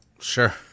Sure